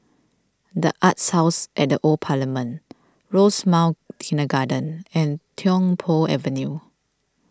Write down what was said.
the Arts House at the Old Parliament Rosemount Kindergarten and Tiong Poh Avenue